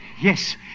Yes